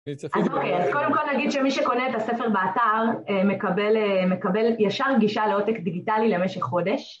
אז קודם כל נגיד שמי שקונה את הספר באתר מקבל ישר גישה לעותק דיגיטלי למשך חודש.